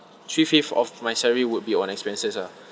three fifth of my salary would be on expenses ah